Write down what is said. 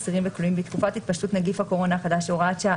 אסירים וכלואים בתקופת התפשטות נגיף הקורונה החדש (הוראת שעה),